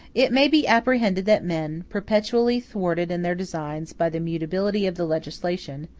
it may be apprehended that men, perpetually thwarted in their designs by the mutability of the legislation,